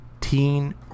Teen